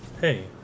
Hey